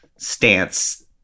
Stance